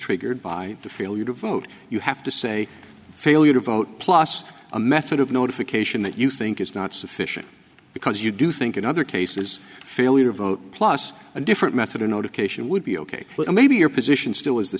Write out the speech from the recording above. triggered by the failure to vote you have to say failure to vote plus a method of notification that you think is not sufficient because you do think in other cases failure vote plus a different method or notification would be ok but maybe your position still is the